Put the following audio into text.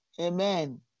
amen